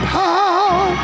power